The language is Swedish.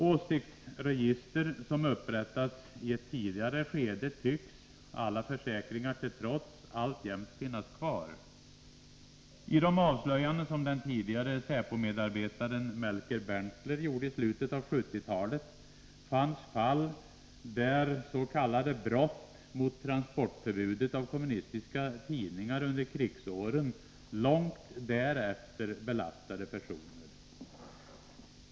Åsiktsregister som upprättats i ett tidigare skede tycks, alla försäkringar till trots, alltjämt finnas kvar. I de avslöjanden som den tidigare säpo-medarbetaren Melker Berntler gjorde i slutet av 1970-talet fanns fall där s.k. brott mot transportförbudet av kommunistiska tidningar under krigsåren långt därefter belastat personer.